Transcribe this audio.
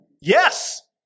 yes